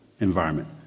environment